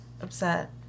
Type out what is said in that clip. upset